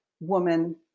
woman